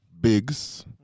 Biggs